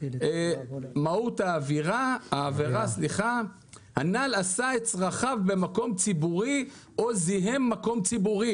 "מהות העבירה הנ"ל עשה את צרכיו במקום ציבורי או זיהם מקום ציבורי."